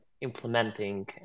implementing